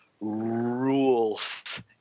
rules